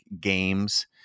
games